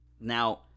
Now